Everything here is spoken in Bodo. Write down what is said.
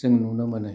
जों नुनो मोनो